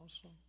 awesome